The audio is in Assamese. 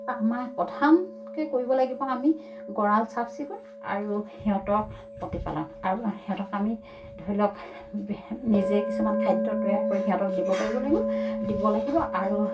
আমাৰ প্ৰধানকৈ কৰিব লাগিব আমি গঁৰাল চাফ চিকুণ আৰু সিহঁতক প্ৰতিপালন আৰু সিহঁতক আমি ধৰি লওক নিজে কিছুমান খাদ্য তৈয়াৰ কৰি সিহঁতক দিব পাৰিব লাগিব দিব লাগিব আৰু